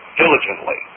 diligently